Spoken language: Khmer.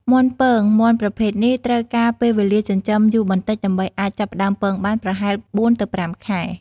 មាន់ពង មាន់ប្រភេទនេះត្រូវការពេលវេលាចិញ្ចឹមយូរបន្តិចដើម្បីអាចចាប់ផ្តើមពងបាន ប្រហែល ៤ ទៅ ៥ ខែ។